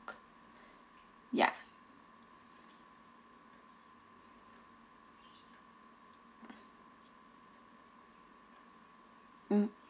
ya mm